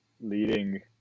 leading